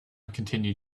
continued